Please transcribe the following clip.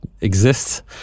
exists